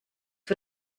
vor